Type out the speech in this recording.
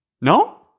No